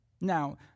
Now